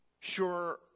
Sure